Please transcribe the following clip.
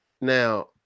Now